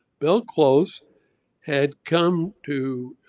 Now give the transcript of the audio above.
bill close had come to